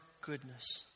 goodness